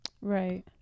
Right